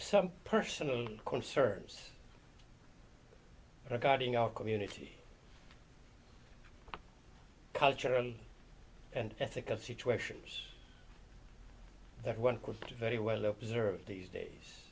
some personal concerns regarding our community cultural and ethical situations that one could very well observe these days